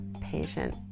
patient